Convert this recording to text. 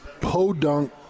Podunk